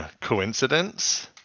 coincidence